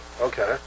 okay